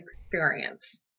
experience